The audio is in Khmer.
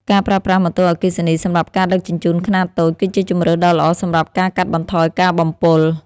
ការប្រើប្រាស់ម៉ូតូអគ្គិសនីសម្រាប់ការដឹកជញ្ជូនខ្នាតតូច គឺជាជម្រើសដ៏ល្អសម្រាប់ការកាត់បន្ថយការបំពុល។